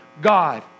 God